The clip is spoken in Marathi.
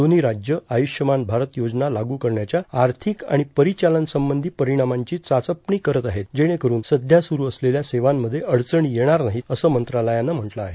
दोव्ही राज्यं आयुष्यमान भारत योजना लागू करण्याच्या आर्थिक आणि परिचालन संबंधी परिणामांची चाचपणी करत आहेत जेणेकरून सध्या सुरू असलेल्या सेवांमध्ये अडचणी येणार नाहीत असं मंत्रालयानं म्हटलं आहे